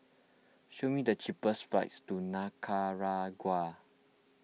show me the cheapest flights to Nicaragua